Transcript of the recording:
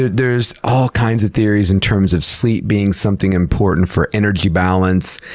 there's all kinds of theories in terms of sleep being something important for energy balance.